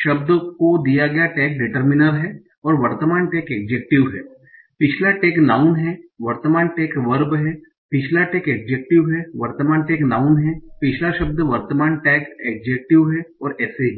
शब्द को दिया गया टैग डिटरमिनर है और वर्तमान टैग एड्जेक्टिव है पिछला टैग नाऊन है वर्तमान टैग वर्ब है पिछला टैग एड्जेक्टिव है वर्तमान टैग नाऊन है पिछला शब्द वर्तमान टैग एड्जेक्टिव है और ऐसे ही